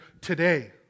today